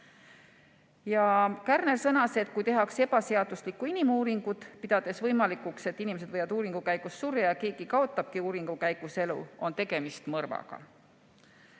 Kärner sõnas, et kui tehakse ebaseaduslikku inimuuringut, pidades võimalikuks, et inimesed võivad uuringu käigus surra ja keegi kaotabki uuringu käigus elu, siis on tegemist mõrvaga.